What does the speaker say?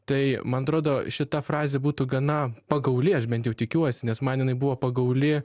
tai man atrodo šita frazė būtų gana pagauli aš bent jau tikiuosi nes man jinai buvo pagauli